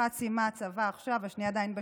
אחת סיימה צבא עכשיו, השנייה עדיין בשירות.